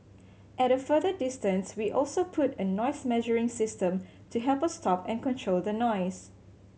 at a further distance we also put a noise measuring system to help us stop and control the noise